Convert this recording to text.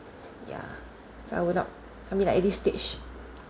ya so I will not I mean at this stage